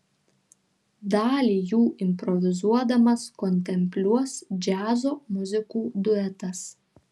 dalį jų improvizuodamas kontempliuos džiazo muzikų duetas